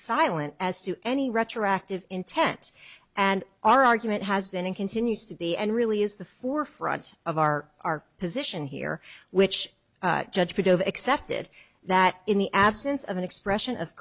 silent as to any retroactive intent and our argument has been and continues to be and really is the forefront of our our position here which judge could have accepted that in the absence of an expression of